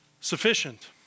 sufficient